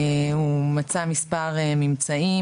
הוא מצא מספר ממצאים,